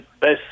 best